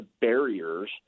barriers